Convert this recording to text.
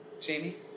Jamie